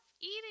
eating